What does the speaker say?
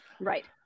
Right